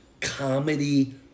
Comedy